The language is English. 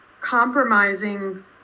compromising